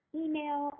email